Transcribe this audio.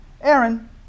Aaron